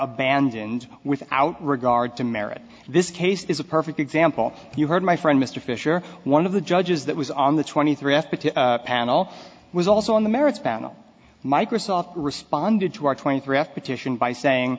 abandoned without regard to merit this case is a perfect example you heard my friend mr fischer one of the judges that was on the twenty three effort to panel was also on the merits panel microsoft responded to our twenty three of petition by saying